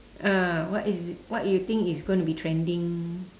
ah what is what you think is going to be trending